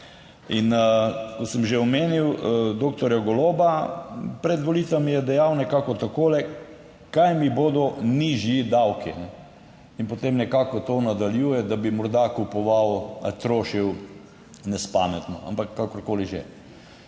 In kot sem že omenil doktorja Goloba, pred volitvami je dejal nekako takole: "Kaj mi bodo nižji davki?" In potem nekako to nadaljuje, da bi morda kupoval, trošil nespametno. Ampak, kakorkoli že,